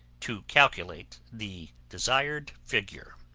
to calculate the desired figure.